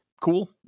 cool